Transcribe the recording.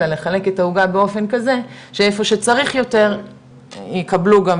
אלא לחלק את העוגה באופן כזה שאיפה שצריך יותר יקבלו גם